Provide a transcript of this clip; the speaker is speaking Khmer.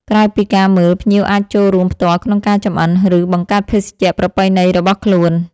ក្រៅពីការមើល ភ្ញៀវអាចចូលរួមផ្ទាល់ក្នុងការចម្អិន ឬបង្កើតភេសជ្ជៈប្រពៃណីរបស់ខ្លួន។